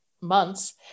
months